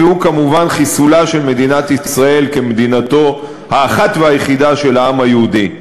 והוא כמובן חיסולה של מדינת ישראל כמדינתו האחת והיחידה של העם היהודי.